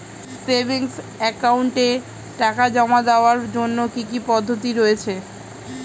Savings একাউন্টে টাকা জমা দেওয়ার জন্য কি কি পদ্ধতি রয়েছে?